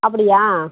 அப்படியா